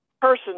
person